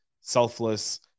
Selfless